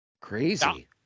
Crazy